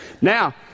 Now